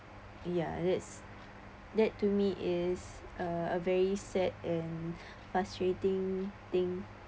ya that's that to me is uh a very sad and frustrating thing